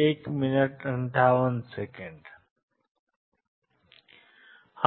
क्या मतलब है